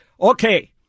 Okay